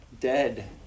Dead